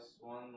one